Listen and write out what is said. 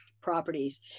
properties